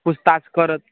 पूछताछ करत